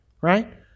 right